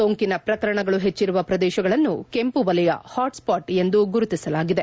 ಸೋಂಕಿನ ಪ್ರಕರಣಗಳು ಹೆಚ್ಚಿರುವ ಪ್ರದೇಶಗಳನ್ನು ಕೆಂಪು ವಲಯ ಹಾಟ್ಸ್ಪಾಟ್ ಎಂದು ಗುರುತಿಸಲಾಗಿದೆ